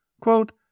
Quote